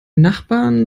nachbarn